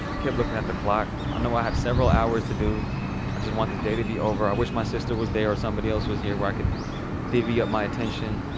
kept looking at the clock. i know i have several hours to do. i just want this day to be over. i wish my sister was there or somebody else was here where i could divvy up my attention,